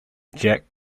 jack